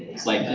it's like,